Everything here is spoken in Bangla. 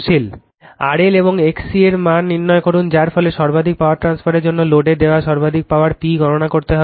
RL এবং XC এর মান নির্ণয় করুন যার ফলে সর্বাধিক পাওয়ার ট্রান্সফারের জন্য লোডে দেওয়া সর্বাধিক পাওয়ার P গণনা করতে হবে